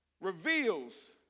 reveals